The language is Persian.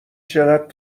چقد